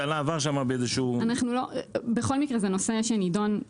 זה עבר שם באיזה שהוא בכל מקרה זה נושא שלטעמנו